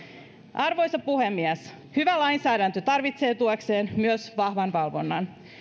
arvoisa puhemies hyvä lainsäädäntö tarvitsee tuekseen myös vahvan valvonnan